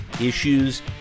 issues